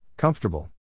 Comfortable